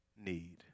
need